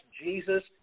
Jesus